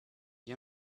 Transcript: you